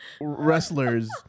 wrestlers